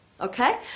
okay